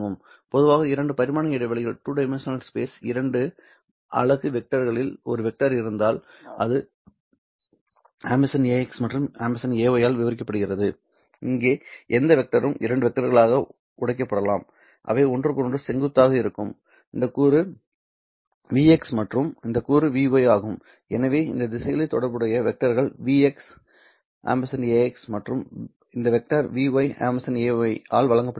பொதுவாக இரண்டு பரிமாண இடைவெளியில் இரண்டு அலகு வெக்டர்களில் ஒரு வெக்டர் இருந்தால் அது ax மற்றும் ay ஆல் விவரிக்கப்படுகிறது இங்கே எந்த வெக்டரும் இரண்டு வெக்டர்களாக உடைக்கப்படலாம் அவை ஒன்றுக்கொன்று செங்குத்தாக இருக்கும் இந்த கூறு vx மற்றும் இந்த கூறு vy ஆகும் எனவே இந்த திசைகளில் தொடர்புடைய வெக்டர்கள் vx ax மற்றும் இந்த வெக்டர் vy ay ஆல் வழங்கப்படுகிறது